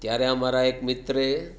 ત્યારે અમારા એક મિત્રએ